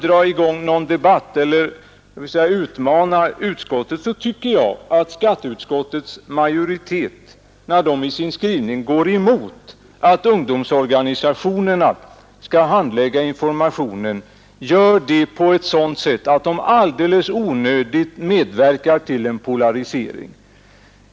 Jag tycker — och jag säger det utan att på något sätt vilja utmana utskottets majoritet — att när utskottet går emot att ungdomsorganisationerna skall ha hand om informationen, så skriver utskottet på sådant sätt att man alldeles i onödan medverkar till en polarisering.